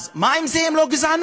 אז מה זה אם לא גזענות?